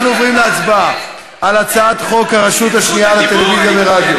אנחנו עוברים להצבעה על הצעת חוק הרשות השנייה לטלוויזיה ורדיו